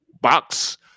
box